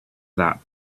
that